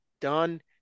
done